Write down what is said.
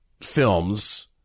films